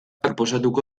proposatuko